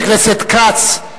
חבר הכנסת כץ,